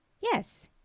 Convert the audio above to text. yes